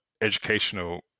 educational